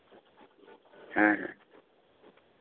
ᱦᱮᱸ ᱦᱮᱸ